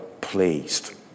pleased